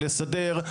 לסדר,